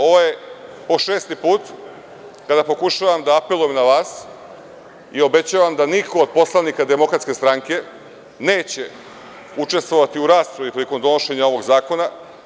Ovo je šesti put kada pokušavam da apelujem na vas i obećavam da niko od poslanika DS neće učestvovali u raspravi prilikom donošenja ovog zakona.